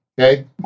Okay